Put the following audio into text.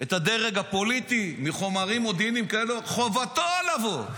את הדרג הפוליטי מחומרים מודיעיניים, חובתו לבוא.